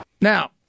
Now